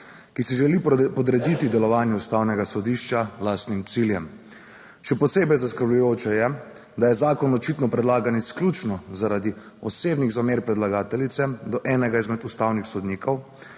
ki si želi podrediti delovanju Ustavnega sodišča lastnim ciljem. Še posebej zaskrbljujoče je, da je zakon očitno predlagan izključno, zaradi osebnih zamer predlagateljice do 6. TRAK: (TB) -